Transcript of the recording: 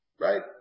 right